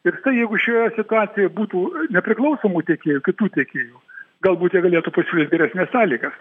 ir jeigu šioje situacijoj būtų nepriklausomų tiekėjų kitų tiekėjų galbūt jie galėtų pasiūlyt geresnes sąlygas